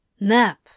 Nap